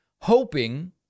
hoping